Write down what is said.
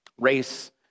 race